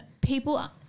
people